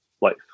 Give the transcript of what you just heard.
life